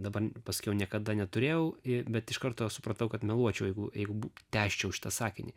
dabar paskiau niekada neturėjau bet iš karto supratau kad meluočiau jeigu jeigu tęsčiau šitą sakinį